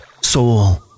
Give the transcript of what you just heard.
soul